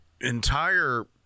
entire